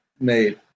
made